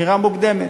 מכירה מוקדמת,